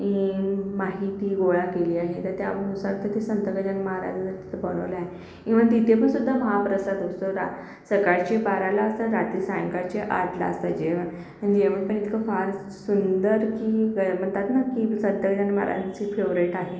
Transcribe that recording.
मी माहिती गोळा केली आहे तर त्यानुसार तिथे संत गजानन महाराज तिथे बनवला आहे इव्हन तिथे पण सुद्धा महाप्रसाद असतो रा सकाळचे बाराला असतो रात्र सायंकाळचे आठला असते जेवण जेवण पण इतकं फार सुंदर की म्हणतात ना की संत गजानन महाराजांचे फेवरेट आहे